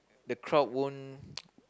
the crowd won't